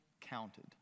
counted